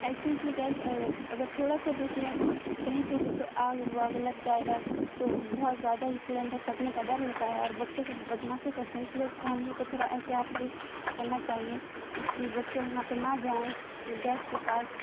L P G gas اگر تھوڑا سا بھی اس میں کہیں سے بھی تو آگ واگ لگ جائے گا تو بہت زیادہ ہی سلینڈر پھٹنے کا ڈر ہوتا ہے اور بچے سب بدمعاشی کرتے ہیں اس لیے تو ہم لوگ کو تھوڑا احتیاط بھی کرنا چاہیے کہ بچے وہاں پہ نہ جائیں گیس کے پاس